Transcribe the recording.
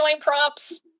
props